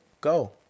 Go